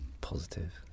positive